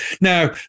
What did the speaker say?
Now